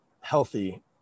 healthy